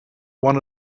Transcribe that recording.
one